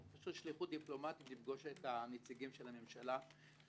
שליחות דיפלומטית לפגוש את הנציגים של הממשלה,